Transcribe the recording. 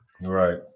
Right